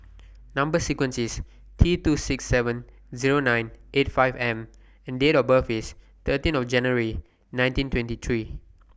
Number sequence IS T two six seven Zero nine eight five M and Date of birth IS thirteen of January nineteen twenty three